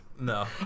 No